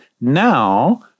now